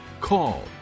call